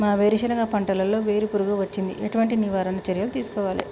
మా వేరుశెనగ పంటలలో వేరు పురుగు వచ్చింది? ఎటువంటి నివారణ చర్యలు తీసుకోవాలే?